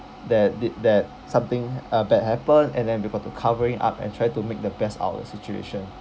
that did that something uh bad happened and then we got to cover it up and try to make the best out of the situation